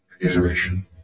Iteration